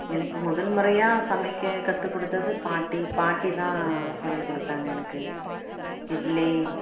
எனக்கு முதல் முறையாக சமைக்க கற்றுக் கொடுத்தது பாட்டி பாட்டிதான் சொல்லிக் கொடுத்தாங்க எனக்கு இட்லி